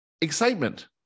excitement